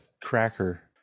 cracker